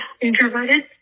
introverted